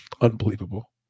Unbelievable